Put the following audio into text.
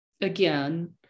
again